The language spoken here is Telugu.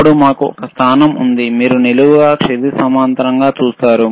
ఆపై మనకి స్థానం ఉంది మీరు నిలువు క్షితిజ సమాంతరం ఉన్నాయని గమనించగలరు